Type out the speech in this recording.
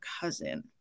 cousin